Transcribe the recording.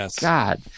God